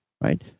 right